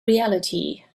reality